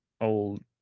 old